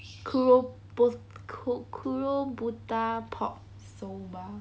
kuro bot~ kurobuta pork soba